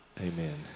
Amen